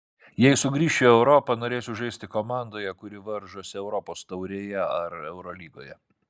jei sugrįšiu į europą norėsiu žaisti komandoje kuri varžosi europos taurėje ar eurolygoje